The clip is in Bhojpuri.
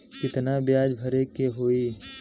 कितना ब्याज भरे के होई?